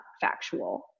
factual